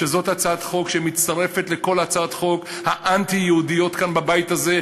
שזאת הצעת חוק שמצטרפת לכל הצעות החוק האנטי-יהודיות כאן בבית הזה,